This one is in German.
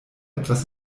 etwas